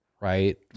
right